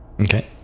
Okay